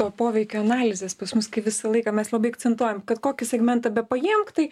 to poveikio analizės pas mus kaip visą laiką mes labai akcentuojam kad kokį segmentą bepaimk tai